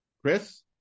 Chris